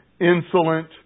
Insolent